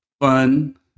fun